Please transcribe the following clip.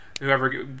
whoever